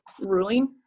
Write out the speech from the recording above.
ruling